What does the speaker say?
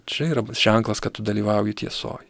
čia yra ženklas kad tu dalyvauji tiesoj